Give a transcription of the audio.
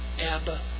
Abba